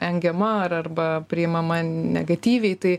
engiama ar arba priimama negatyviai tai